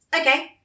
okay